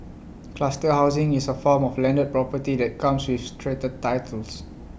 cluster housing is A form of landed property that comes with strata titles